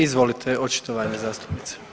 Izvolite očitovanje zastupnice.